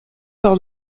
par